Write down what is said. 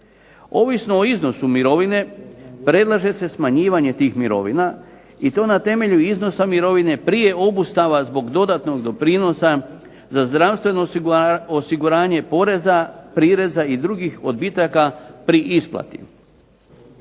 Ovisno o iznosu mirovine predlaže se smanjivanje tih mirovina i to na temelju iznosa mirovine prije obustava zbog dodatnog doprinosa za zdravstveno osiguranje, poreza, prireza i drugih odbitaka pri isplati.